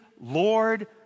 Lord